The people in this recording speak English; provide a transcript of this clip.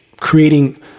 creating